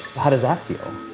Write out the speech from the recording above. how does that feel?